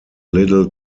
little